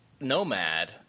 Nomad